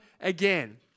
again